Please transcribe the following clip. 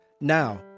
Now